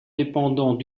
dépendant